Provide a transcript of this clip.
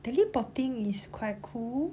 teleporting is quite cool